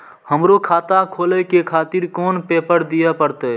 हमरो खाता खोले के खातिर कोन पेपर दीये परतें?